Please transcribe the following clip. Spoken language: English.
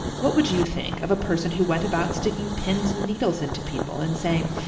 what would you think of a person who went about sticking pins and needles into people and saying,